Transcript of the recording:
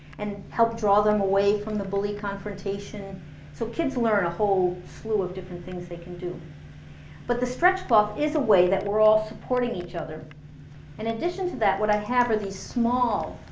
and help draw them away from the bully confrontation so kids learn a whole slew of different things they could do but the stretch cloth is a way that we're all supporting each other in addition to that, what i have are these small